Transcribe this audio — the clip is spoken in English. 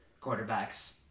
quarterbacks